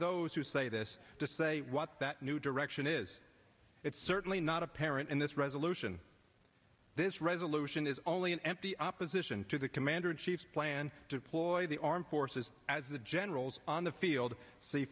those who say this to say what that new direction is it's certainly not apparent in this resolution this resolution is only an empty opposition to the commander in chief plan to ploy the armed forces as the generals on the field see